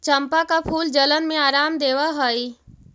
चंपा का फूल जलन में आराम देवअ हई